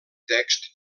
texts